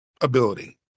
ability